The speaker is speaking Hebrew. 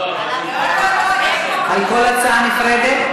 לא, לא, על הצעה נפרדת?